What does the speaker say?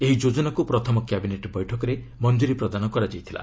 ଏହି ଯୋଜନାକୁ ପ୍ରଥମ କ୍ୟାବିନେଟ୍ ବୈଠକରେ ମଞ୍ଜୁରୀ ପ୍ରଦାନ କରାଯାଇଥିଲା